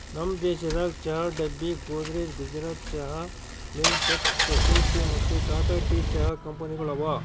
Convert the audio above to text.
ನಮ್ ದೇಶದಾಗ್ ಚಹಾ ಡಬ್ಬಿ, ಗೋದ್ರೇಜ್, ಗುಜರಾತ್ ಚಹಾ, ಲಿಂಟೆಕ್ಸ್, ಸೊಸೈಟಿ ಮತ್ತ ಟಾಟಾ ಟೀ ಚಹಾ ಕಂಪನಿಗೊಳ್ ಅವಾ